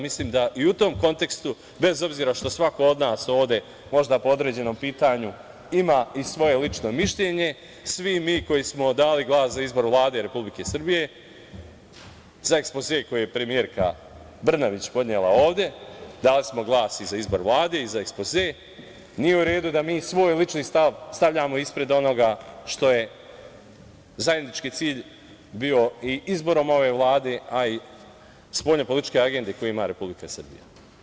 Mislim da i u tom kontekstu, bez obzira što svako od nas ovde, možda po određenom pitanju ima i svoje lično mišljenje, svi mi koji smo dali glas za izbor Vlade Republike Srbije, za ekspoze koji je premijerka Brnabić podnela ovde, dali smo glas i za izbor Vladi i za ekspoze, nije uredu da mi svoj lični stav stavljamo ispred onoga što je zajednički cilj bio i izborom ove Vlade, a i spoljno-političke agende koji ima Republika Srbija.